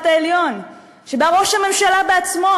שלה יוצאת נגד בית-המשפט העליון וראש הממשלה בעצמו